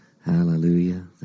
Hallelujah